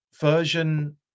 version